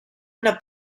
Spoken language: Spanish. una